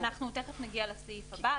מיד נגיע לסעיף הבא.